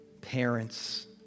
parents